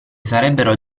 sarebbero